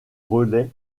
relais